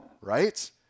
right